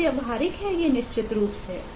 अव्यावहारिक निश्चित रूप से